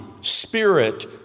spirit